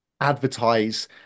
advertise